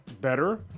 better